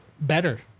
Better